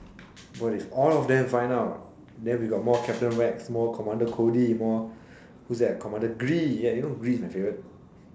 what if all of them find out then we got more captain Rex more commander Cody more who is that commander Gree ya you know Gree is my favourite